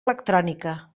electrònica